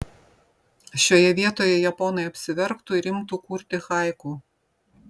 šioje vietoje japonai apsiverktų ir imtų kurti haiku